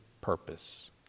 purpose